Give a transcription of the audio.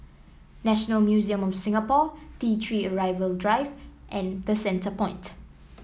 National Museum of Singapore T Three Arrival Drive and The Centrepoint